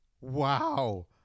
Wow